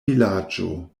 vilaĝo